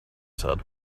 said